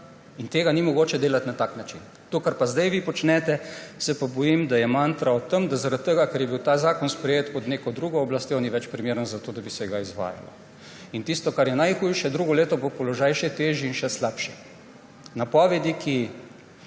In tega ni mogoče delati na tak način. To, kar pa zdaj vi počnete, se pa bojim, da je mantra o tem, da ker je bil ta zakon sprejet pod neko drugo oblastjo, ni več primeren za to, da bi se izvajal. Tisto, kar je najhujše, drugo leto bo položaj še težji in še slabši. Napovedi, ki